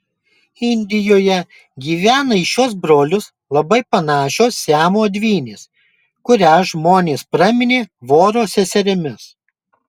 indijoje gyvena į šiuos brolius labai panašios siamo dvynės kurias žmonės praminė voro seserimis